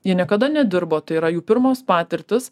jie niekada nedirbo tai yra jų pirmos patirtys